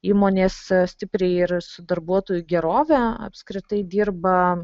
įmonės stipriai ir su darbuotojų gerove apskritai dirba